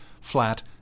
flat